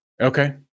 Okay